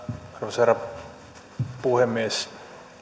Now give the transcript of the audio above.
arvoisa herra puhemies